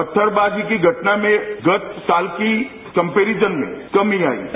पत्थरबाजी की घटना में गत साल की कंपेरिजन में कमी आई है